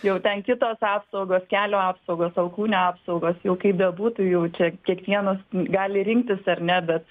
jau ten kitos apsaugos kelių apsaugos alkūnių apsaugos jau kaip bebūtų jau čia kiekvienas gali rinktis ar ne bet